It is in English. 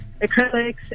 acrylics